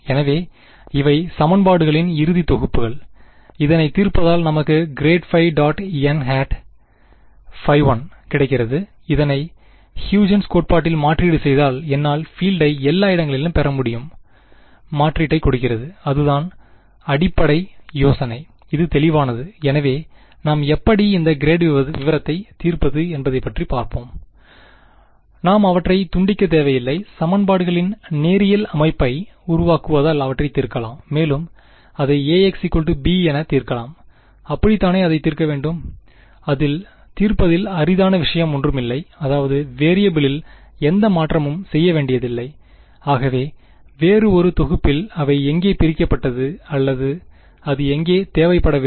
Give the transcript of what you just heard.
எனவே இவை சமன்பாடுகளின் இறுதித் தொகுப்புகள் இதனை தீர்ப்பதால் நமக்கு grad phi dot n hat phi 1 ∇·n1கிடைக்கிறது இதனை ஹுஜென்ஸ்Hugen's கோட்பாட்டில் மாற்றீடு செய்தால் என்னால் பீல்டை எல்லா இடங்களிலும் பெற முடியும் மாற்றீட்டைக் கொடுக்கிறது அதுதான் அடிப்படை யோசனை இது தெளிவானது எனவே நாம் எப்படி இந்த கிரேடு விவரத்தை தீர்ப்பது என்பதைப் பற்றி பார்ப்போம் மாணவர் நாம் அவற்றைத் துண்டிக்கத் தேவையில்லை சமன்பாடுகளின் நேரியல் அமைப்பை உருவாக்குவதால் அவற்றைத் தீர்க்கலாம் மேலும் அதை Ax b என தீர்க்கலாம் அப்படித்தானே அதை தீர்க்கவேண்டும் அதில் தீர்ப்பதில் அரிதான விஷயம் ஒன்றுமில்லை அதாவது வேறியபிலில் எந்த மாற்றமும் செய்யவேண்டியதில்லைஆகவே வேறு ஒரு தொகுப்பில் அவை எங்கே பிரிக்கப்பட்டது அல்லது அது எங்கே தேவைப்படவில்லை